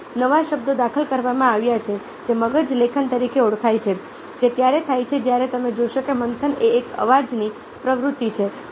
હવે નવા શબ્દો દાખલ કરવામાં આવ્યા છે જે મગજ લેખન તરીકે ઓળખાય છે જે ત્યારે થાય છે જ્યારે તમે જોશો કે મંથન એ એક અવાજની પ્રવૃત્તિ છે